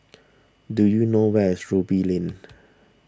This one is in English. do you know where is Ruby Lane